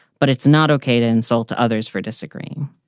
but it's not okay to insult others for disagreeing